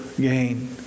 gain